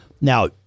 Now